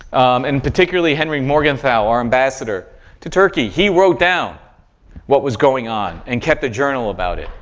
and particularly, henry morgenthau, our ambassador to turkey, he wrote down what was going on and kept a journal about it.